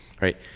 right